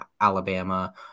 Alabama